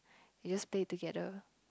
you just stay together